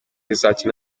izakina